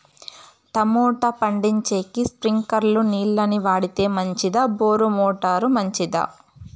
Tomato పండించేకి స్ప్రింక్లర్లు నీళ్ళ ని వాడితే మంచిదా బోరు మోటారు మంచిదా?